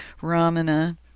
Ramana